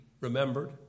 remembered